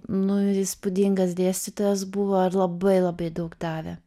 nu įspūdingas dėstytojas buvo ir labai labai daug davė